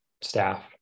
staff